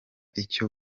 icyo